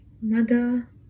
Mother